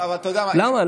למה?